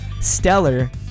Stellar